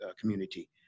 community